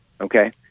okay